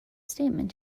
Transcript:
statement